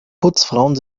putzfrauen